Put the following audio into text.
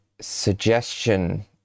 suggestion